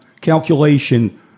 calculation